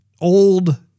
old